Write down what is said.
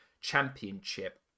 Championship